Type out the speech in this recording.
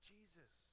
Jesus